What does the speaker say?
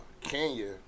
Kenya